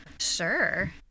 Sure